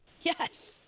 Yes